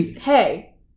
hey